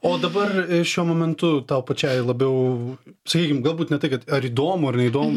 o dabar šiuo momentu tau pačiai labiau sakykim galbūt ne tai kad ar įdomu ar neįdomu